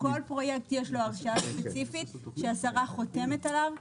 לכל פרויקט יש לו הרשאה ספציפית שהשרה חותמת עליו.